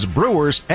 Brewers